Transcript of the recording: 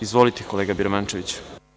Izvolite, kolega Birmančeviću.